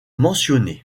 mentionnées